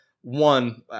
one